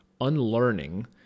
unlearning